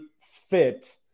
fit